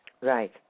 Right